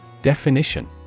Definition